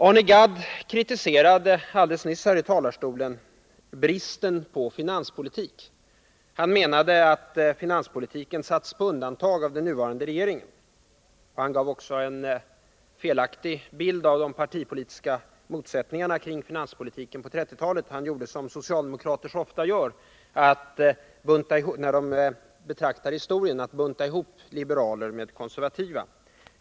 Arne Gadd kritiserade alldeles nyss här i talarstolen bristen på finanspolitik. Han menade att finanspolitiken satts på undantag av den nuvarande regeringen. Han gav också en felaktig bild av de partipolitiska motsättningarna kring finanspolitiken på 1930-talet. Som socialdemokrater så ofta gör när de betraktar historien buntade han ihop liberaler med konservativa.